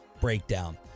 breakdown